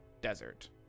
desert